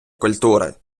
культури